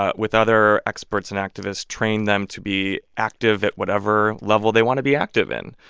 ah with other experts and activists, trained them to be active at whatever level they want to be active in.